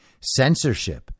Censorship